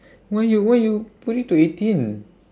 why you why you put it to eighteen